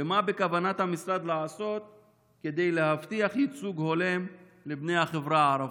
3. מה בכוונת המשרד לעשות כדי להבטיח ייצוג הולם לבני החברה הערבית?